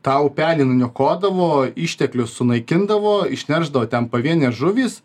tą upelį nuniokodavo išteklius sunaikindavo išneršdavo ten pavienės žuvys